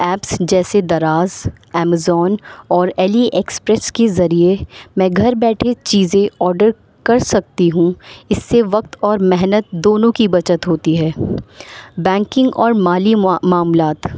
apps جیسے Daraz Amazon اور AliExpress کے ذریعے میں گھر بیٹھے چیزیں آڈر کر سکتی ہوں اس سے وقت اور محنت دونوں کی بچت ہوتی ہے بینکنگ اور مالیا معاملات